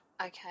Okay